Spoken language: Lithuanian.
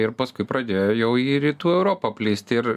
ir paskui pradėjo jau į rytų europą plisti ir